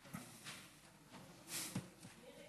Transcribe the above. שיתקוף אותי.